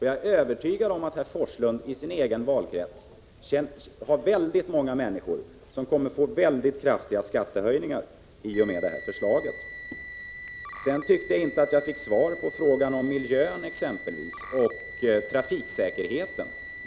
Jag är övertygad om att herr Forslund i sin egen valkrets har väldigt många människor som kommer att få mycket kraftiga skattehöjningar i och med genomförandet av detta förslag. Jag tyckte inte att jag fick svar på frågan om miljön och den om trafiksäkerheten.